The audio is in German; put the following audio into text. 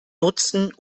nutzen